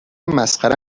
مسخره